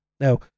Now